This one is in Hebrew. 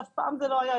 שאף פעם זה לא היה.